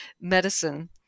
medicine